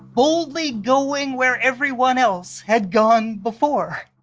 boldly going where everyone else had gone before.